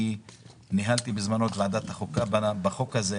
בזמנו ניהלתי את ועדת החוקה בדיון בחוק הזה.